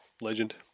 Legend